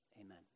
amen